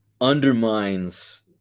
undermines